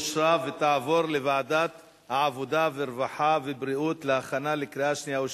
לוועדת העבודה, הרווחה והבריאות נתקבלה.